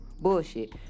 bullshit